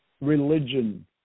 religion